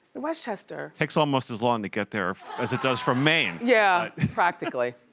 westchester. takes almost as long to get there as it does from maine. yeah, practically.